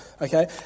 okay